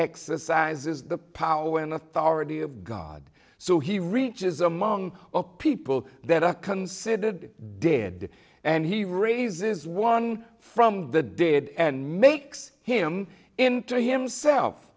exercises the power and authority of god so he reaches among the people that are considered dead and he raises one from the did and makes him into himself